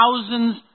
thousands